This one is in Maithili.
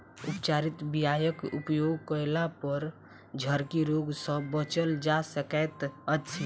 उपचारित बीयाक उपयोग कयलापर झरकी रोग सँ बचल जा सकैत अछि